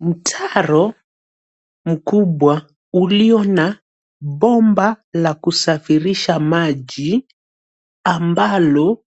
Mtaro mkubwa ulio na bomba la kusafirisha maji ambalo